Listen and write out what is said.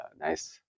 nice